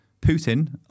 Putin